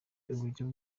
uburyo